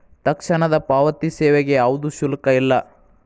ತಕ್ಷಣದ ಪಾವತಿ ಸೇವೆಗೆ ಯಾವ್ದು ಶುಲ್ಕ ಇಲ್ಲ